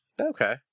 Okay